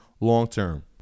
long-term